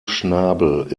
schnabel